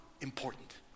important